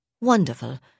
Wonderful